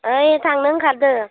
औइ थांनो ओंखारदों